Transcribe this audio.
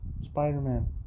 Spider-Man